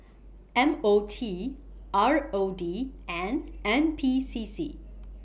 M O T R O D and N P C C